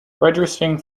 registering